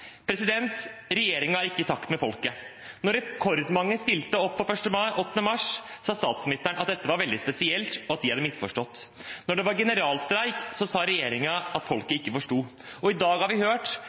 ikke i takt med folket. Da rekordmange stilte opp på 8. mars, sa statsministeren at dette var veldig spesielt, og at de hadde misforstått. Da det var generalstreik, sa regjeringen at folket